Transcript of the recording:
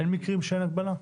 אין מקרים שאין הגבלה?